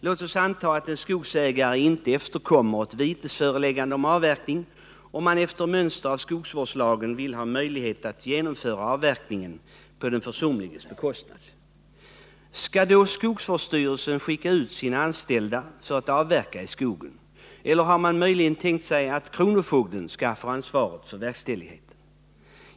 Låt oss anta att en skogsägare inte efterkommer ett vitesföreläggande om avverkning och man efter mönster från skogsvårdslagen vill ha möjlighet att genomföra avverkningen på den försumliges bekostnad. Skall då skogsvårdsstyrelsen skicka ut sina anställda för att avverka i skogen? Eller har man möjligen tänkt sig att kronofogden skall få ansvaret för verkställigheten?